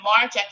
March